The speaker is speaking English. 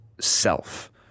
self